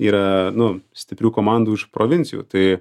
yra nu stiprių komandų iš provincijų tai